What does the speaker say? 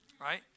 Right